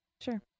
sure